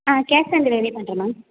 ah cash on டெலிவரியே பண்ணுறேன் ma'am